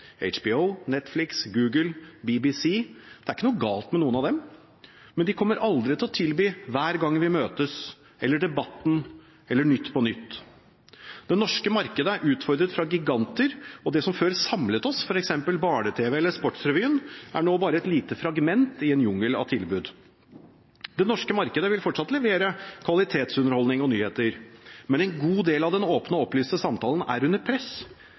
Netflix, Google og BBC. Det er ikke noe galt med noen av dem, men de kommer aldri til å tilby Hver gang vi møtes, Debatten eller Nytt på Nytt. Det norske markedet er utfordret fra giganter, og det som før samlet oss, f.eks. Barne-TV eller Sportsrevyen, er nå bare et lite fragment i en jungel av tilbud. Det norske markedet vil fortsatt levere kvalitetsunderholdning og nyheter. Men en god del av den åpne og opplyste samtalen er under press.